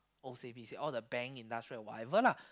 o_c_b_c all the bank industrial whatever lah